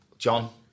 John